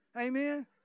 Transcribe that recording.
Amen